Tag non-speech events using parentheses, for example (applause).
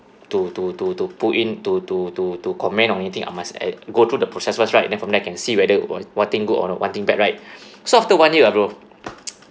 to to to to put in to to to to comment on anything I must e~ go through the process first right then from there I can see whether wha~ what thing good or what thing bad right (breath) so after one year ah bro (noise)